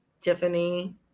tiffany